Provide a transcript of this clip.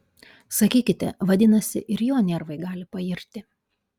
sakykite vadinasi ir jo nervai gali pairti